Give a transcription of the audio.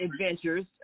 adventures